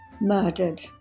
murdered